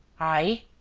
i?